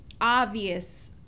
obvious